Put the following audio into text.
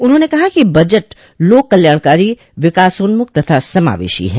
उन्होंने कहा कि बजट लोक कल्याणकारी विकासोन्मुख तथा समावेशी है